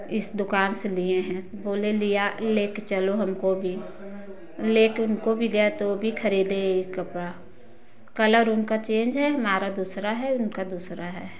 इस दुकान से लिए हैं बोले लिया लेकर चलो हमको भी लेकर उनको भी गए तो वो भी खरीदे ये कपड़ा कलर उनका चेंज है हमारा दूसरा है उनका दूसरा है